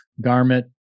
Garment